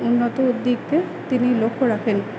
উন্নতির দিকে তিনি লক্ষ্য রাখেন